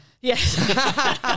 Yes